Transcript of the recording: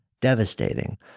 devastating